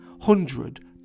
hundred